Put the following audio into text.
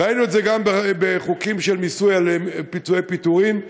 ראינו את גם בחוקים של מיסוי פיצויי פיטורין.